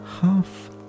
half